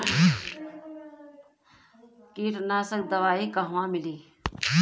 कीटनाशक दवाई कहवा मिली?